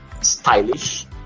stylish